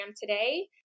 today